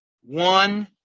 One